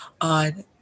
on